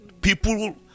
people